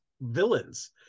villains